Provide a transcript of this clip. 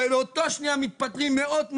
באותה שנייה מתפטרים מאות מדריכים.